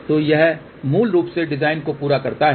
तो यह मूल रूप से डिजाइन को पूरा करता है